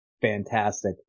fantastic